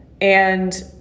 And-